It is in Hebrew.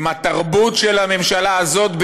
עם התרבות של הממשלה הזאת,